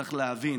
צריך להבין